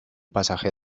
pasaje